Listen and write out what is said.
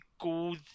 go